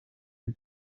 are